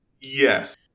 Yes